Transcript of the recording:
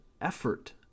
effort